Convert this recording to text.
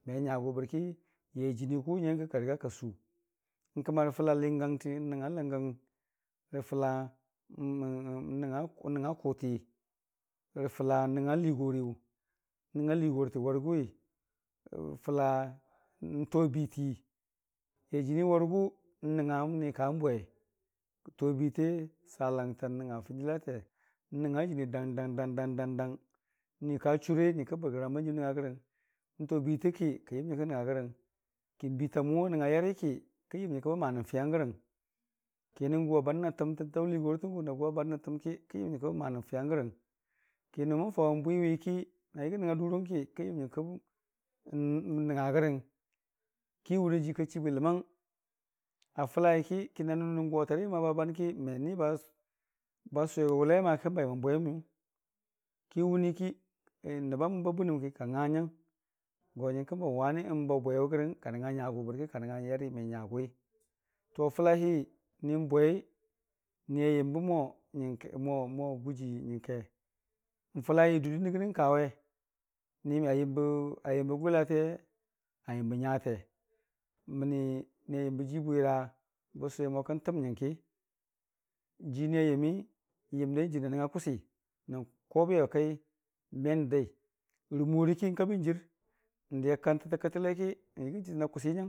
bərki yai jənii kʊ nyaiyəngke ka kasuu. N'kəmarə fəla lingangti n'nəngnga lingang ti rə fəlla n'nəngnga kʊti rə fəla n'nəngnga ligariiyu n'nəngnga liigotə wargʊwi rə fəla n'nəngnga rə fəla n'nəngnga kʊti rə fəla n'nəngnga liigoriiyu n'nəngnga liigotə wargʊwi rə fəla n'tobiitii yau jənii wargʊ n'nəngnga ni kang bwe, tobiite n'sa langtang n'nəng nga fingilate n'nəngnga jənii dang dang dang dang nika dure nyəriki bəgrambanjii nəngnga grəng, bən tobiitɨki kən yəm nyərikən nəngnga fərəng ki n'biitamʊ a nəngnga yariki kən yəm nyəriki bən maanən fiyang gərəng, ki nəngʊ aba nn a təm tətaʊ liigorii təngʊ na banən atəmki kən yəm nyəriki bən manən fiyang gərəng, ki nanʊ mən faʊ n'bwiwiki n'yəgii n'nəngnga durangki kən yəm nyəriki bən nəng nga gərəng ki wʊniijii ka chiibwi ləmang. A fəlaiki kənanʊ nəng atari ba banki məni basawe go n'wʊlai ama ki n'baimən bwemiyʊwʊng ki n'wʊnii ki nəbbə mʊm ba bɨnɨm ka nganyang go nyənkəng baʊ bwewʊ gərəng ka nəngnga nyagʊ bəki ka nəngnga yari mʊ nyagʊwi ni n'bwei ni ayəmbə mo nyəngke mo mo gʊjii nyəngke, fəlali dudɨnɨgɨnɨn kawe ni ayəm bə-ayəmbə gwilate a yəmbə nyate məni ni a yəmbə jii bwira bənsʊwe mo kən təm nyəngki jii ni ayəmi yəm jii na n'nəngnga kʊ si, na n'kobiyewa kai n'ben dədai rɨmorii ki n'kabin jɨr, n'diya kan tətə kətəleiki.